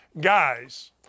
guys